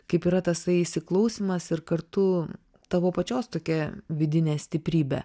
kaip yra tasai įsiklausymas ir kartu tavo pačios tokia vidinė stiprybė